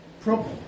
problem